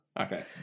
Okay